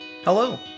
Hello